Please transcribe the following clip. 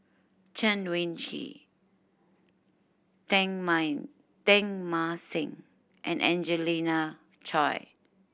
Chen Wen Hsi Teng Mine Teng Mah Seng and Angelina Choy